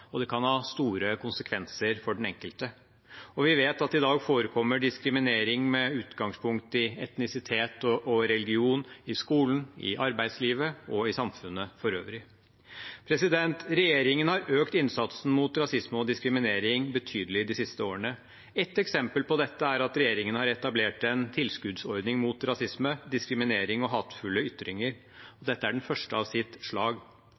og det kan ha store konsekvenser for den enkelte. Og vi vet at i dag forekommer diskriminering med utgangspunkt i etnisitet og religion i skolen, i arbeidslivet og i samfunnet for øvrig. Regjeringen har økt innsatsen mot rasisme og diskriminering betydelig de siste årene. Ett eksempel på dette er at regjeringen har etablert en tilskuddsordning mot rasisme, diskriminering og hatefulle ytringer. Dette er den første av sitt slag.